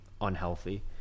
unhealthy